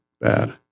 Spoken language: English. bad